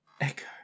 Echo